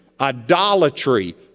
idolatry